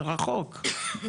זה רחוק.